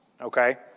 Okay